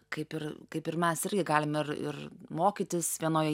kaip ir kaip ir mes irgi galim ir ir mokytis vienoj